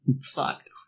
Fucked